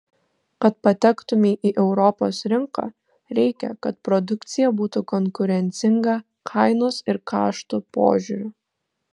kad patektumei į europos rinką reikia kad produkcija būtų konkurencinga kainos ir kaštų požiūriu